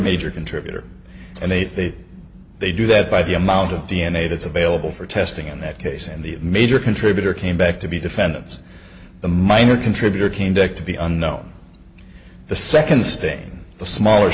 major contributor and they say they do that by the amount of d n a that's available for testing in that case and the major contributor came back to be defendants the minor contributor came back to be unknown the second stain the smaller